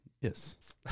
Yes